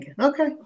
okay